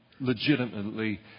legitimately